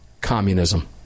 communism